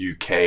UK